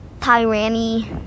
tyranny